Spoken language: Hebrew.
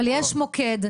אבל יש מוקד.